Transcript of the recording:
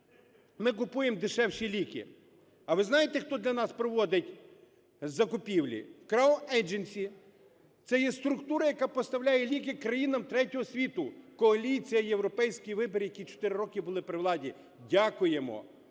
ми купуємо дешевші ліки. А ви знаєте, хто для нас проводить закупівлі? "Краун Ейдженс" - це є структура, яка поставляє країнам третього світу. Коаліція "Європейський вибір", які 4 роки були при владі, дякуємо,